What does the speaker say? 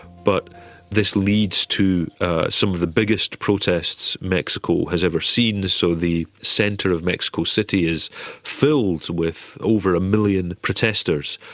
but this leads to some of the biggest protests mexico has ever seen, and so the centre of mexico city is filled with over a million protesters,